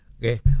Okay